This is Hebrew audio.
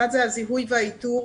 אחד זה הזיהוי והאיתור